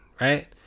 right